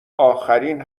آخرین